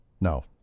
No